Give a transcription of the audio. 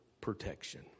protection